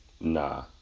Nah